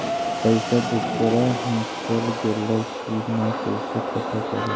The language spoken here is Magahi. पैसा दुसरा ही चल गेलै की न कैसे पता करि?